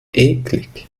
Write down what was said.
eklig